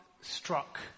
struck